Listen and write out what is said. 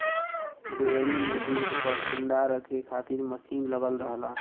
dairy में दूध क ठण्डा रखे खातिर मसीन लगल रहला